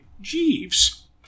Jeeves